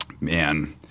Man